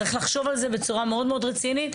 צריך לחשוב על זה בצורה מאוד מאוד רצינית.